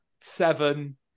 seven